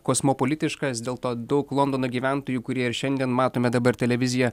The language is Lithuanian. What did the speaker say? kosmopolitiškas dėl to daug londono gyventojų kurie ir šiandien matome dabar televiziją